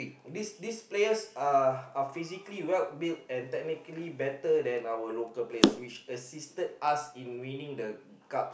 these these players are are physically well built and technically better than our local players which assisted us in winning the cup